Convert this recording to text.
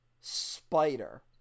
spider